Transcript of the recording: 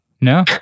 No